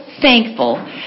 thankful